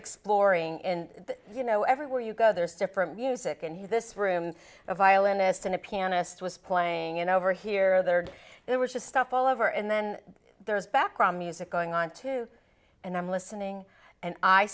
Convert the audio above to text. exploring in you know everywhere you go there's different music and he's this room a violinist and a pianist was playing and over here there it was just stuff all over and then there's background music going on too and i'm listening and i